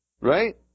right